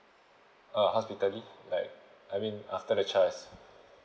oh hospital leave like I mean after the child's